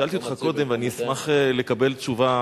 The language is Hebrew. שאלתי אותך קודם, ואני אשמח לקבל תשובה